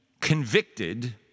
convicted